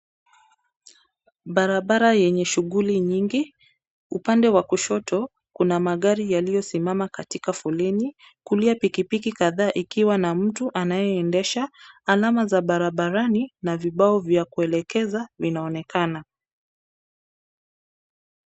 Barabara yenye shuguli nyingi, upande wa kushoto kuna magari yaliyo simama katika foleni, kulia pikipiki kadhaa ikiwa na mtu anayeendesha, alama za barabarani na vibao vya kuelekeza vinaonekana.